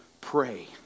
pray